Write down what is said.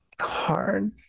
hard